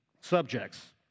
subjects